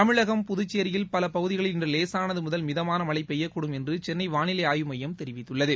தமிழகம் புதுச்சேரியில் பல பகுதிகளில் இன்று லேசானது முதல் மிதமான மழை பெய்யக்கூடும் என்று சென்னை வானிலை ஆய்வு மையம் தெரிவித்துள்ளது